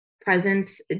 presence